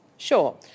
Sure